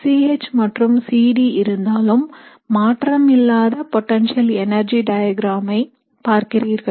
C H மற்றும் C D இருந்தாலும் மாற்றம் இல்லாத பொட்டன்ஷியல் எனர்ஜி டயக்ராமை பார்க்கிறீர்கள்